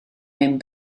mewn